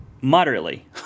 Moderately